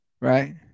Right